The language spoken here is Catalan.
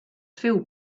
féu